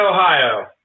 Ohio